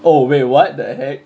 oh wait what the heck